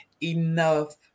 enough